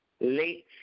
late